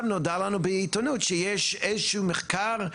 נודע לנו בעיתונות שיש איזשהו מחקר,